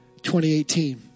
2018